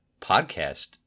podcast